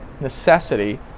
necessity